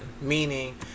meaning